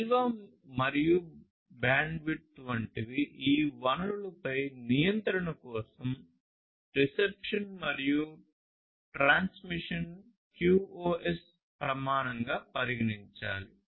నిల్వ మరియు బ్యాండ్విడ్త్ వంటి ఈ వనరులపై నియంత్రణ కోసం రిసెప్షన్ మరియు ట్రాన్స్మిషన్ QoS ప్రమాణంగా పరిగణించాలి